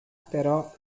però